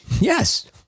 yes